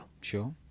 Sure